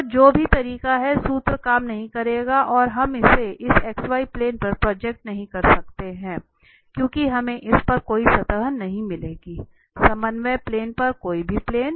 तो जो भी तरीके हों सूत्र काम नहीं करेगा और हम इसे इस xy प्लेन पर प्रोजेक्ट नहीं कर सकते हैं क्योंकि हमें इस पर कोई सतह नहीं मिलेगी समन्वय प्लेन पर कोई भी प्लेन